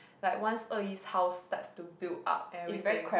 like once Er-Yi's house starts to build up and everything